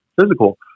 physical